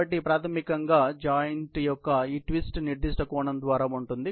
కాబట్టి ప్రాథమికంగా జాయింట్ యొక్క ఈ ట్విస్ట్ నిర్దిష్ట కోణం ద్వారా ఉంటుంది